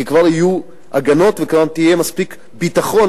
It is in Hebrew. כי כבר יהיו הגנות וכבר יהיה מספיק ביטחון